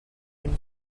une